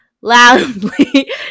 loudly